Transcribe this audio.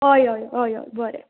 हय हय हय हय बरें